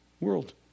world